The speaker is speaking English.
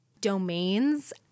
domains